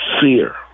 fear